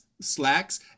slacks